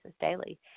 daily